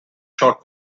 short